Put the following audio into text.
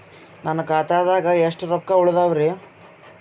ನನ್ನ ಖಾತಾದಾಗ ಎಷ್ಟ ರೊಕ್ಕ ಉಳದಾವರಿ?